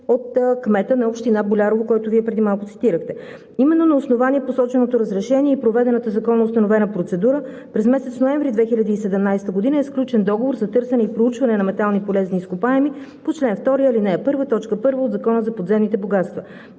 от кмета на община Болярово, когото Вие преди малко цитирахте. Именно на основание посоченото разрешение и проведената законоустановена процедура, през месец ноември 2017 г. е сключен договор за търсене и проучване на метални полезни изкопаеми по чл. 2, ал. 1 т. 1 от Закона за подземните богатства.